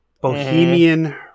Bohemian